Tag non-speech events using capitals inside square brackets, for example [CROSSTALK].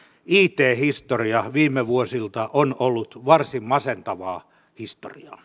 it historia viime vuosilta on ollut varsin masentavaa historiaa [UNINTELLIGIBLE]